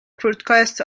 broadcasts